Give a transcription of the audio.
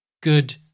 good